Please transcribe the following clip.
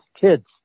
kids